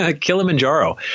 Kilimanjaro